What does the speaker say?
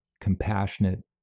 compassionate